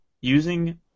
using